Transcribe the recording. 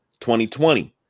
2020